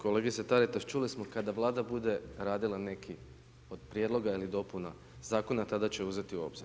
Kolegice Taritaš čuli smo kada Vlada bude radila neki od prijedloga ili dopuna zakona tada će uzeti u obzir.